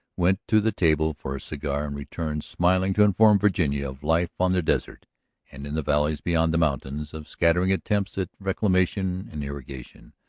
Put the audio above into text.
went to the table for a cigar and returned smiling to inform virginia of life on the desert and in the valleys beyond the mountains, of scattering attempts at reclamation and irrigation,